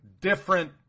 different